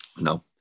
no